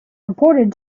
reported